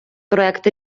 проект